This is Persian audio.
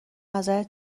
نظرت